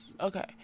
Okay